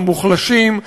המוחלשים,